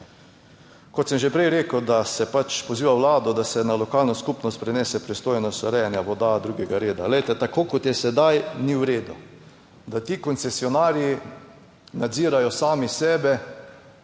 Kot sem že prej rekel, da se pač poziva Vlado, da se na lokalno skupnost prenese pristojnost urejanja voda drugega reda. Glejte tako kot je sedaj, ni v redu. Da ti koncesionarji nadzirajo sami sebe.